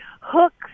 hooks